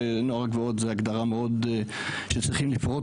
ונוער הגבעות זה הגדרה מאוד שצריכים לפרוט